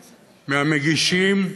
מהמגישים,